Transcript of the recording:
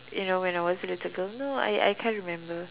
you know when I was a little girl no I I can't remember